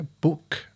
book